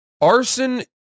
arson